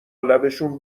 لبشون